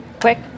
quick